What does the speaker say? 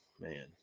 man